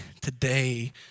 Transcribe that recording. Today